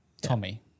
Tommy